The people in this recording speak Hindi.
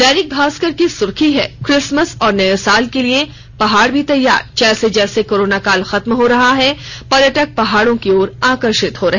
दैनिक भास्कर की सुर्खी है क्रिसमस और नए साल के लिए पहाड़ भी तैयार जैसे जैसे कोरोना काल खत्म हो रहा पर्यटक पहाड़ों की ओर आकर्षित हो रहे